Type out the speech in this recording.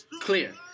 clear